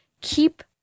keep